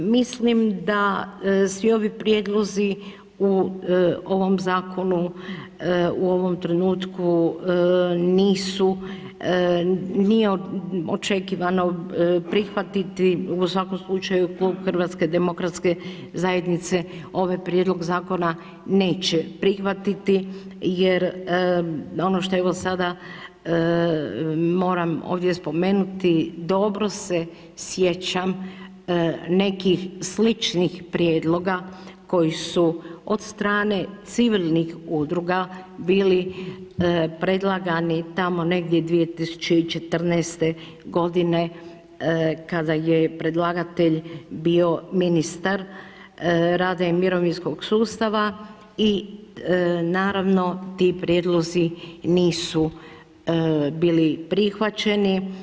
Mislim da svi ovi prijedlozi u ovom zakonu u ovom trenutku nisu, nije očekivano prihvatiti, u svakom slučaju, Klub HDZ-a ove prijedlog zakona neće prihvatiti jer ono što evo sada moram ovdje spomenuti, dobro se sjećam nekih sličnih prijedloga koji su od strane civilnih udruga bili predlagani tamo negdje 2014. g. kada je predlagatelj bio ministar rada i mirovinskog sustava i naravno, ti prijedlozi nisu bili prihvaćeni.